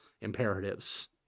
imperatives